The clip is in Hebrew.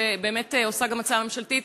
שבאמת עושה גם הצעה ממשלתית.